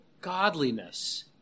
godliness